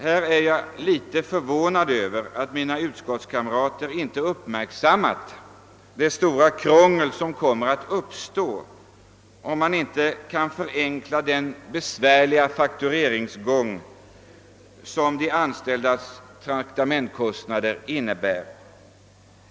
Här är jag litet förvånad över att mina kamrater i utskottet inte uppmärksammat det stora krångel som kommer att uppstå om man inte kan förenkla den besvärliga faktureringsgången som de anställdas traktamentskostnader innebär.